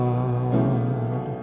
God